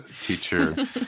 teacher